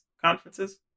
conferences